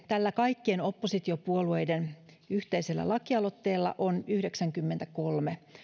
tällä kaikkien oppositiopuolueiden yhteisellä lakialoitteella on yhdeksänkymmentäkolme